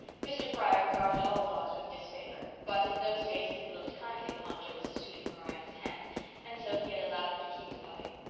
mr. pryor regarded all dogs with disfavour but in those days he had looked kindly kindly upon joe as a suitor for miranda's hand and so he had allowed her to keep the puppy.